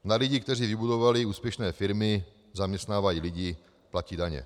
Na lidi, kteří vybudovali úspěšné firmy, zaměstnávají lidi, platí daně.